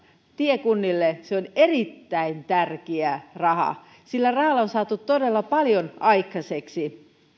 tiekunnille se on erittäin tärkeä raha sillä rahalla on saatu todella paljon aikaiseksi